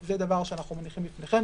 זה דבר שאנחנו מניחים בפניכם.